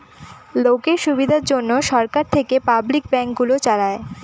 লোকের সুবিধার জন্যে সরকার থেকে পাবলিক ব্যাঙ্ক গুলো চালায়